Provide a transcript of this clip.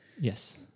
Yes